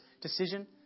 decision